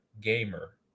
gamer